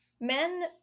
Men